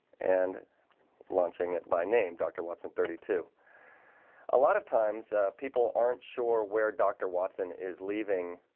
and launching it by name. dr. watson thirty two a lot of times people aren't sure where dr. watson is leaving